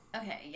Okay